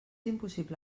impossible